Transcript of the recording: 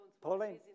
Pauline